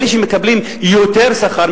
אלה שמקבלים יותר שכר,